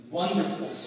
wonderful